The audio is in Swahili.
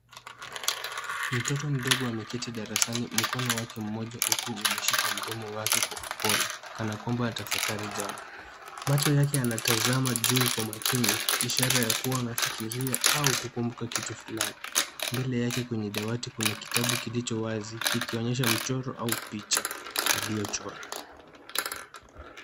Mtoto mdogo ameketi darasani. Mkono wake mmoja ukiwa umeshika mdomo wake kwa upole kana kwamba anatafakari jambo. Macho yake yanatazama juu kwa makini ishara ya kuwa anafikiria au kukumbuka kitu fulani. Mbele yake kwenye dawati kuna kitabu kilicho wazi kikionyesha mchoro au picha aliyochora.